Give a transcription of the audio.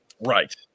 right